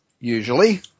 Usually